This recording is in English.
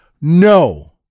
No